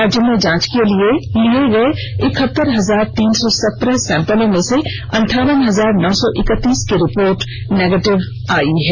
राज्य में जांच के लिए लिए गए इकहतर हजार तीन सौ सत्रह सैंपलों में से अंठावन हजार नौ सौ इकतीस की रिपोर्ट निगेटिव आई है